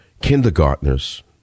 kindergartners